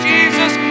Jesus